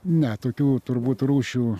ne tokių turbūt rūšių